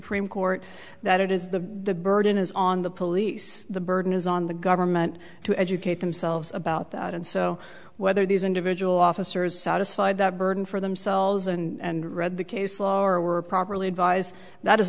supreme court that it is the the burden is on the police the burden is on the government to educate themselves about that and so whether these individual officers satisfied that burden for themselves and read the case law or were properly advise that is